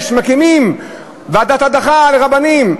יש, מקימים ועדת הדחה לרבנים.